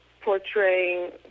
portraying